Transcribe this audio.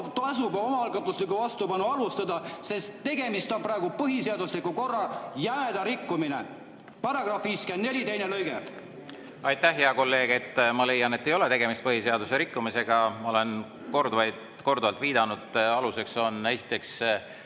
tasub omaalgatuslikku vastupanu alustada, sest tegemist on praegu põhiseadusliku korra jämeda rikkumisega –§ 54 lõige 2. Aitäh, hea kolleeg! Ma leian, et ei ole tegemist põhiseaduse rikkumisega. Ma olen korduvalt viidanud, et aluseks on esiteks